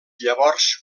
llavors